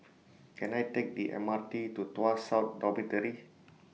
Can I Take The M R T to Tuas South Dormitory